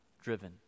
driven